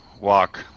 walk